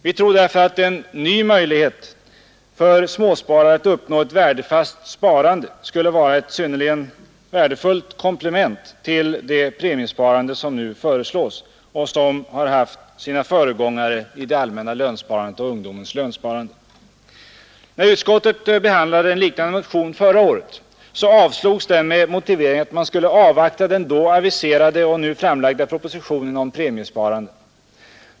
Vi tror därför att en ny möjlighet för småsparare att uppnå ett värdefast sparande skulle vara ett synnerligen värdefullt komplement till det premiesparande som nu föreslås och som har haft sina föregångare i det allmänna lönsparandet och ungdomens lönsparande. När utskottet behandlade en liknande motion förra året avstyrktes den med motiveringen att man skulle avvakta den då aviserade och nu framlagda propositionen om premiesparande.